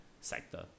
sector